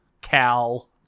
Cal